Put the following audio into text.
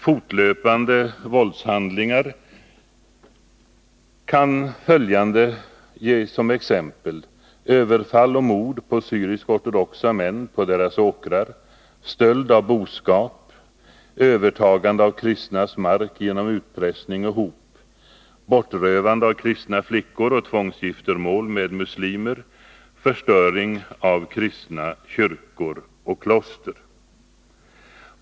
Följande kan ges som exempel på fortlöpande våldshandlingar: överfall och mord på syrisk-ortodoxa män på deras åkrar, stöld av boskap, övertagande av kristnas mark genom utpressning och hot, bortrövande av kristna flickor och tvångsgiftermål med muslimer samt förstöring av kristna kyrkor och kloster.